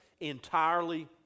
entirely